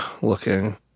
looking